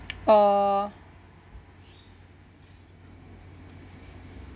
uh